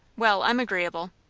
well, i'm agreeable.